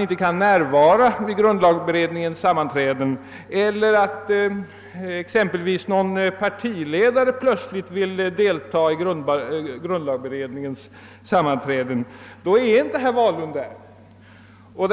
inte kan närvara vid grundlagberedningens sammanträden eller att exempelvis någon partiledare plötsligt vill delta i beredningens sammanträden! Då kan inte herr Wahlund vara med.